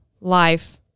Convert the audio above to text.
life